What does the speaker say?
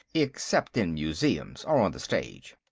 except in museums or on the stage.